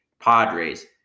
Padres